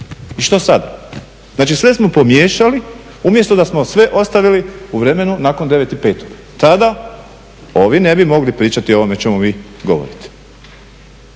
I što sada? Znači sve smo pomiješali umjesto da smo sve ostavili u vremenu nakon 9.5.. Tada ovi ne bi mogli pričati o ovome o čemu vi govorite.